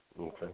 Okay